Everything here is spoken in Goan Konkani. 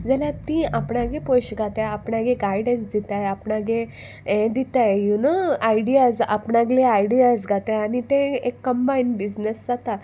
जाल्यार ती आपणागे पयशे घाताय आपणागे गायडन्स दिताय आपणागे हे दिताय यु नो आयडियाज आपणागले आयडियाज घाताय आनी तें एक कंबायन बिजनस जाता